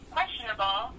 questionable